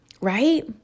Right